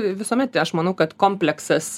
visuomet aš manau kad kompleksas